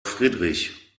friedrich